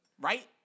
Right